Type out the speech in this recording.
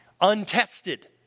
untested